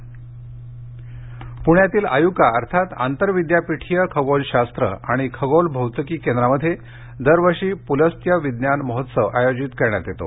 पुलत्स्य प्ण्यातील आयुका अर्थात आंतर विद्यापीठीय खगोलशास्त्र आणि खगोलभौतिकी केंद्रामध्ये दरवर्षी पुलस्त्य विज्ञान महोत्सव आयोजण्यात येतो